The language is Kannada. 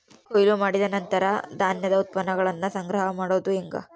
ಕೊಯ್ಲು ಮಾಡಿದ ನಂತರ ಧಾನ್ಯದ ಉತ್ಪನ್ನಗಳನ್ನ ಸಂಗ್ರಹ ಮಾಡೋದು ಹೆಂಗ?